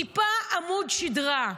טיפה עמוד שדרה.